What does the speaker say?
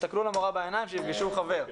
שיסתכלו למורה בעיניים ויפגשו חבר.